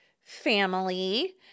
family